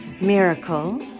miracle